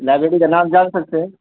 library کا نام جان سکتے ہیں